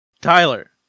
Tyler